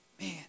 man